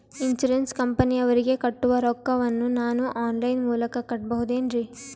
Insurance ಕಂಪನಿಯವರಿಗೆ ಕಟ್ಟುವ ರೊಕ್ಕ ವನ್ನು ನಾನು ಆನ್ ಲೈನ್ ಮೂಲಕ ಕಟ್ಟಬಹುದೇನ್ರಿ?